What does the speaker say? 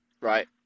right